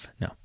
No